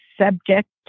subject